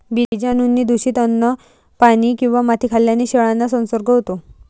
बीजाणूंनी दूषित अन्न, पाणी किंवा माती खाल्ल्याने शेळ्यांना संसर्ग होतो